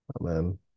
Amen